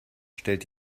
stellt